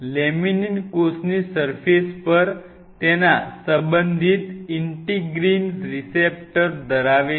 laminin કોષની surface પર તેના સંબંધિત ઇન્ટિગ્રિન રીસેપ્ટર્સ ધરાવે છે